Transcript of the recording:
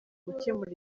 gukemura